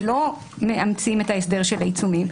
ולא מאמצים את ההסדר של העיצומים,